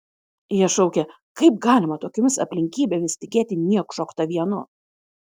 jie šaukė kaip galima tokiomis aplinkybėmis tikėti niekšu oktavianu